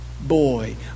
boy